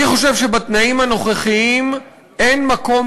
אני חושב שבתנאים הנוכחיים אין מקום,